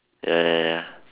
ya ya ya